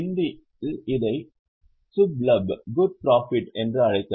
இந்தியில் இதை "SHUBH LABH" என்று அழைக்கலாம்